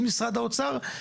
עם משרד האוצר,